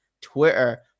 Twitter